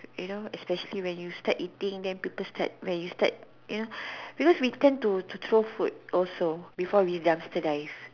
you know especially when you start eating then people start when you start you know because we tend to to throw food also before we dumpster dive